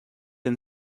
and